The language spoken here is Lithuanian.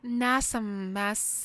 nesam mes